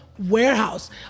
Warehouse